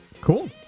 Cool